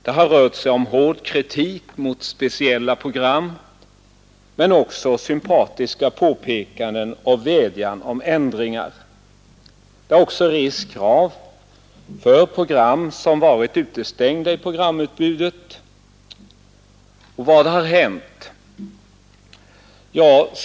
Det har rört sig om hård kritik mot speciella program men också om sympatiska påpekanden och vädjan om ändringar. Det har också rests krav för program som varit utestängda i programutbudet. Vad har hänt?